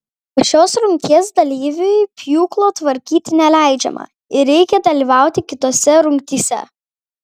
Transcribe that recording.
po šios rungties dalyviui pjūklo tvarkyti neleidžiama ir reikia dalyvauti kitose rungtyse